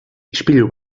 ispilu